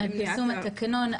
על פרסום התקנון,